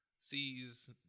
sees